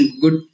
good